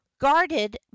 guarded